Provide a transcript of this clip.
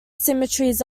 symmetries